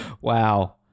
Wow